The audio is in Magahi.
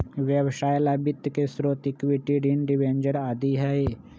व्यवसाय ला वित्त के स्रोत इक्विटी, ऋण, डिबेंचर आदि हई